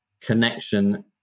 connection